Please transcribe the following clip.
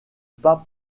pas